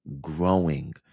growing